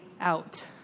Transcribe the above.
out